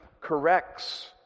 corrects